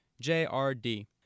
J-R-D